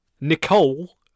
Nicole